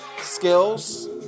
skills